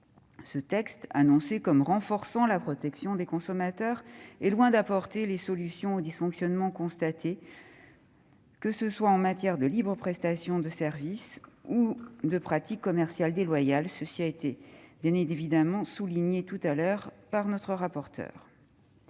ce texte, annoncé comme renforçant la protection des consommateurs, est loin d'apporter les solutions aux dysfonctionnements constatés, que ce soit en matière de libre prestation de services ou de pratiques commerciales déloyales. Cela a été souligné tout à l'heure par M. le rapporteur.